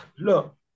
look